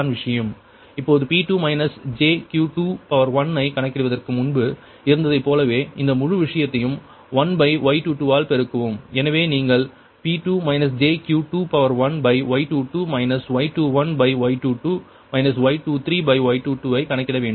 இப்போது P2 jQ21 ஐ கணக்கிடுவதற்கு முன்பு இருந்ததைப் போலவே இந்த முழு விஷயத்தையும் 1Y22 ஆல் பெருக்கவும் எனவே நீங்கள் P2 jQ21Y22 Y21Y22 Y23Y22 ஐ கணக்கிட வேண்டும்